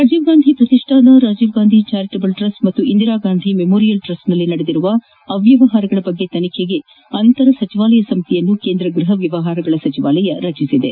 ರಾಜೀವ್ ಗಾಂಧಿ ಪ್ರತಿಷ್ಠಾನ Rajiv Gandhi charitable trust ಮತ್ತು Indira Gandhi memorial ಟ್ರಸ್ಚ್ನಲ್ಲಿ ನಡೆದಿರುವ ಅವ್ಯವಹಾರಗಳ ಕುರಿತಂತೆ ತನಿಖೆ ನಡೆಸಲು ಅಂತರ ಸಚಿವಾಲಯ ಸಮಿತಿಯನ್ನು ಕೇಂದ್ರ ಗೃಹ ವ್ಯವಹಾರಗಳ ಸಚಿವಾಲಯ ರಚಿಸಿದೆ